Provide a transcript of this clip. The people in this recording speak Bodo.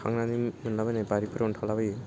खांनानै मोनलाबायनाय बारिफ्रावनो थालाबायो